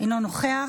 אינו נוכח.